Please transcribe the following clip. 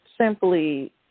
simply